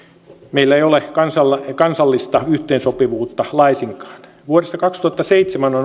meillä ei ole kansallista yhteensopivuutta laisinkaan vuodesta kaksituhattaseitsemän on